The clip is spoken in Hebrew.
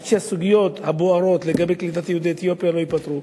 עד שהסוגיות הבוערות בקליטת יהודי אתיופיה ייפתרו.